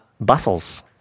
Bustles